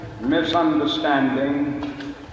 misunderstanding